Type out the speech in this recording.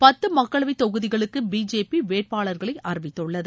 பத்து மக்களவைத் தொகுதிகளுக்கு பிஜேபி வேட்பாளர்களை அறிவித்துள்ளது